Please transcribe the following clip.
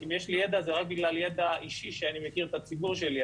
אם יש לי ידע זה רק בגלל ידע אישי שאני מכיר את הציבור שלי,